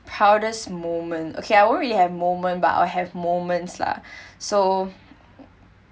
proudest moment okay I don't really have moment but I have moments lah so